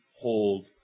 hold